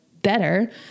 better